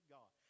God